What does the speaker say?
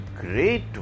great